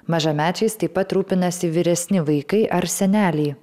mažamečiais taip pat rūpinasi vyresni vaikai ar seneliai